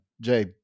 Jay